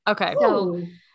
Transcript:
Okay